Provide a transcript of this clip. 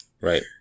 Right